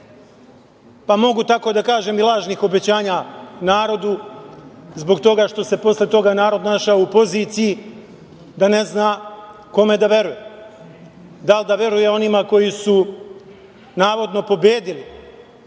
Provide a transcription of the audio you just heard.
pa mogu tako da kažem, i lažnih obećanja narodu zbog toga što se posle toga narod našao u poziciji da ne zna kome da veruje, da li da veruje onima koji su navodno pobedili